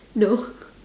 no